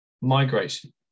Migration